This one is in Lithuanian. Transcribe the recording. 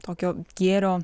tokio gėrio